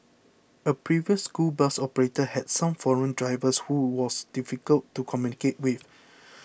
a previous school bus operator had some foreign drivers who was difficult to communicate with